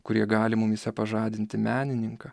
kurie gali mumyse pažadinti menininką